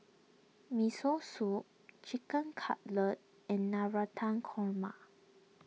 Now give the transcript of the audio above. Miso Soup Chicken Cutlet and Navratan Korma